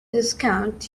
discount